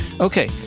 Okay